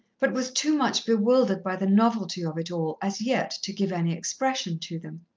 but was too much bewildered by the novelty of it all, as yet, to give any expression to them.